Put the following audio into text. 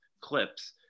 clips